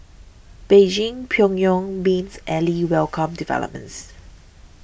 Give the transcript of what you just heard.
Beijing Pyongyang's mains ally welcomed developments